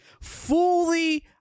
fully